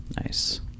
Nice